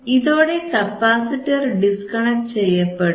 ഇതോടെ capacitor disconnect ചെയ്യപ്പെടും